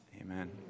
Amen